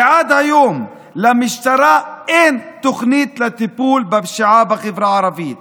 ועד היום למשטרה אין תוכנית לטיפול בפשיעה בחברה הערבית.